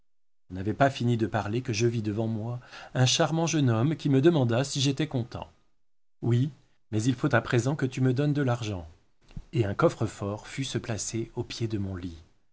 n'avais pas fini de parler que je vis devant moi un charmant jeune homme qui me demanda si j'étais content oui mais il faut à présent que tu me donnes de l'argent et un coffre-fort fut se placer au pied de mon lit